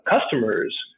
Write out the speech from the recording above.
customers